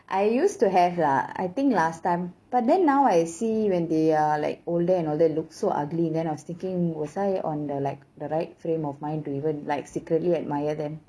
I used to have lah I think last time but then now I see when they are like older and older look so ugly then I was thinking was I on the like the right frame of mind to even like secretly admire them